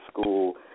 school